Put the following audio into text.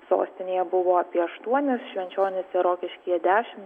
sostinėje buvo apie aštuonis švenčionyse rokiškyje dešim